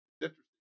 interesting